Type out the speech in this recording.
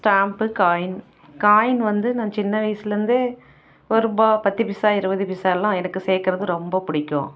stamp coin coin வந்து நான் சின்ன வயிசில் இருந்தே ஒருரூபா பத்து பைசா இருபது பைசாலாம் எனக்கு சேர்க்கறது ரொம்ப பிடிக்கும்